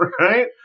right